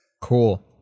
Cool